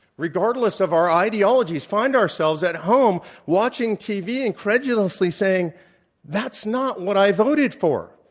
regardless of our ideologies, find ourselves at home watching tv incredulously saying that's not what i voted for.